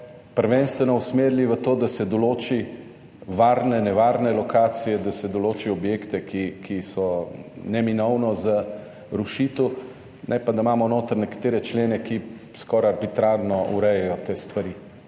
prvenstveno usmerili v to, da se določi varne, nevarne lokacije, da se določi objekte, ki so neminovno za rušitev, ne pa da imamo noter nekatere člene, ki skoraj arbitrarno urejajo te stvari.